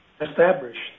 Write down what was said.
established